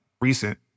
recent